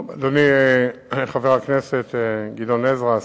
אדוני חבר הכנסת גדעון עזרא,